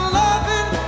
loving